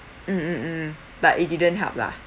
mm mm mm but it didn't help lah